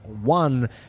one